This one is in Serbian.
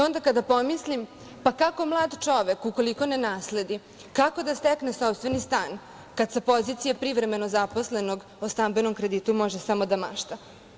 Onda pomislim - kako mlad čovek, ukoliko ne nasledi, kako da stekne sopstveni stan, kad sa pozicije privremeno zaposlenog o stambenom kreditu može samo da mašta?